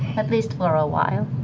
at least for a while.